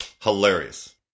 hilarious